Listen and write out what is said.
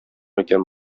икән